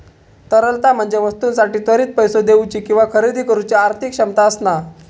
तरलता म्हणजे वस्तूंसाठी त्वरित पैसो देउची किंवा खरेदी करुची आर्थिक क्षमता असणा